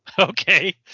okay